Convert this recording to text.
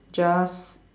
just